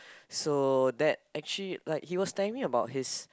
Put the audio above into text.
so that actually like he was telling about his